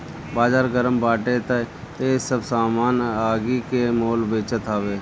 बाजार गरम बाटे तअ सब सामान आगि के मोल बेचात हवे